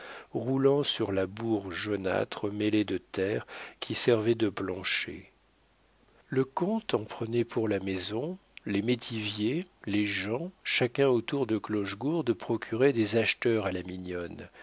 roulant sur la bourre jaunâtre mêlée de terre qui servait de plancher le comte en prenait pour la maison les métiviers les gens chacun autour de clochegourde procurait des acheteurs à la mignonne